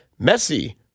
Messi